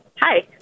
Hi